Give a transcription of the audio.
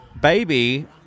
baby